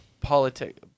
politics